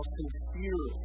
sincere